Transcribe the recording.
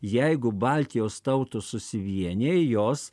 jeigu baltijos tautos susivienija jos